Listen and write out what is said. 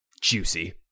juicy